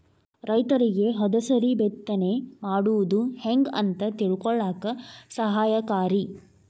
ರೈತರಿಗೆ ಹದಸರಿ ಬಿತ್ತನೆ ಮಾಡುದು ಹೆಂಗ ಅಂತ ತಿಳಕೊಳ್ಳಾಕ ಸಹಾಯಕಾರಿ